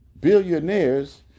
billionaires